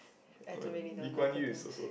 I don't really know local talents